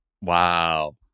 Wow